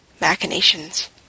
machinations